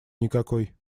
никакой